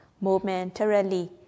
momentarily